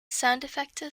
soundeffekte